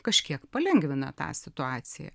kažkiek palengvina tą situaciją